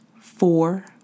Four